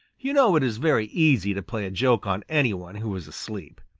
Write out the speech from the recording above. you know it is very easy to play a joke on any one who is asleep.